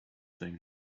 thing